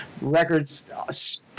records